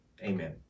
amen